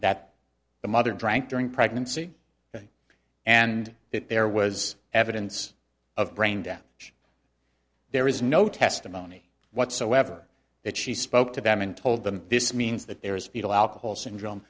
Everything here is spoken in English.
that the mother drank during pregnancy and that there was evidence of brain death there is no testimony whatsoever that she spoke to them and told them this means that there is fetal alcohol syndrome